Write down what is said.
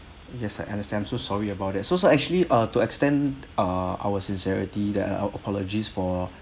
yes I understand I'm so sorry about that so so actually uh to extend err our sincerity that our apologies for